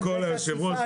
הראש.